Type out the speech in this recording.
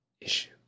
issue